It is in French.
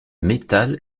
métal